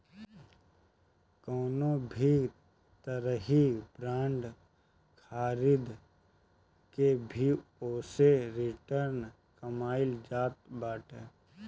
कवनो भी तरही बांड खरीद के भी ओसे रिटर्न कमाईल जात बाटे